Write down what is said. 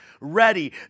ready